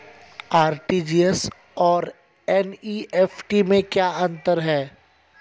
RTGS और NEFT में क्या अंतर है?